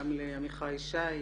גם לעמיחי שי,